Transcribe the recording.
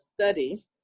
study